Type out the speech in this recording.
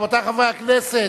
רבותי חברי הכנסת,